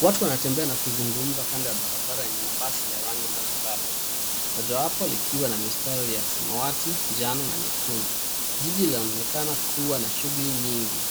Watu wanatembea na kuzugumza kando ya barabara yenye mabasi ya rangi mbalimbali. Mojawapo likiwa na mistari ya samawati, njano na nyekundu. Jiji linaonekana kuwa na shughuli nyingi